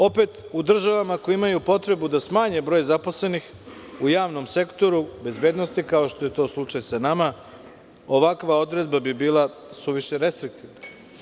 Opet, u državama koje imaju potrebu da smanje broj zaposlenih u javnom sektoru, bezbednost, kao što je to slučaj sa nama, ovakva odredba bi bila suviše restriktivna.